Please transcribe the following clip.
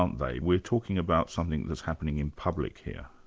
aren't they? we're talking about something that's happening in public here.